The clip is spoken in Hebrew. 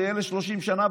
זה יהיה ל-30 שנה,